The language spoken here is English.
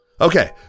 Okay